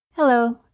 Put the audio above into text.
Hello